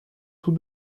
tous